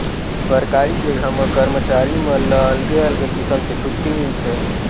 सरकारी जघा म करमचारी मन ला अलगे अलगे किसम के छुट्टी मिलथे